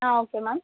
okay ma'am